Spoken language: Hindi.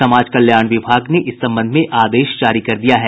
समाज कल्याण विभाग ने इस संबंध में आदेश जारी कर दिया है